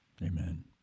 Amen